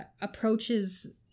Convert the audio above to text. approaches